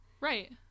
right